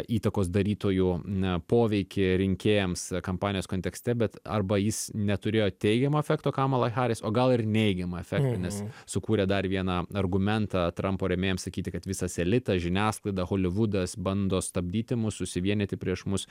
įtakos darytojų na poveikį rinkėjams kampanijos kontekste bet arba jis neturėjo teigiamo efekto kamalai haris o gal ir neigiamą efektą nes sukūrė dar vieną argumentą trampo rėmėjams sakyti kad visas elitas žiniasklaida holivudas bando stabdyti mus susivienyti prieš mus